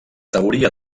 teoria